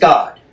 God